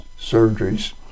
surgeries